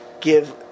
give